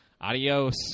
adios